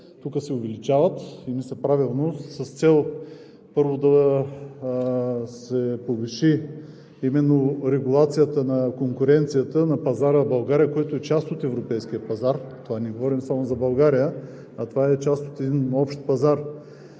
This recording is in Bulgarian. тук се увеличават – и мисля, правилно, с цел, първо, да се повиши регулацията на конкуренцията на пазара в България, който е част от европейския пазар. Не говорим само за България, това е част от един общ пазар.